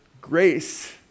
grace